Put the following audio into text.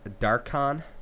darkon